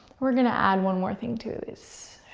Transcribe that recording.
we're going to add one more thing to this.